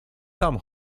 tam